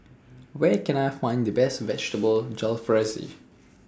Where Can I Find The Best Vegetable Jalfrezi